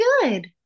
good